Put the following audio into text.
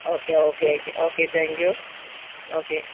okay okay അയക്കാ okay thank you okay